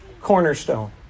cornerstone